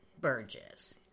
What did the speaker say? Burgess